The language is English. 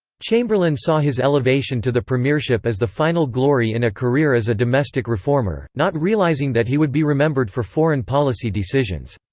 chamberlain saw his elevation to the premiership as the final glory in a career as a domestic reformer, not realising that he would be remembered for foreign policy decisions.